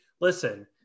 listen